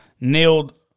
nailed